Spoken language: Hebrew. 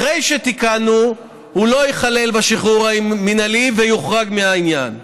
אחרי שתיקנו הוא לא ייכלל בשחרור המינהלי ויוחרג מהעניין.